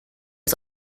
das